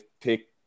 pick